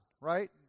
right